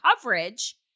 coverage